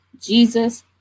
jesus